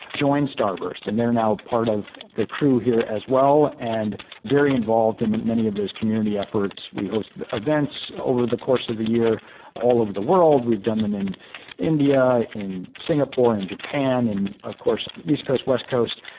joined starburst and they are now part of the crew here as well and very involved in many of those community efforts. we host events over the course of the year all over the world. we've done them in india, in singapore, in japan and of course the east coast, west coast,